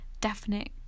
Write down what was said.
definite